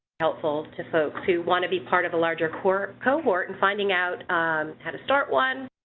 helpful to folks who wanna be part of a larger corp cohort and finding out how to start one?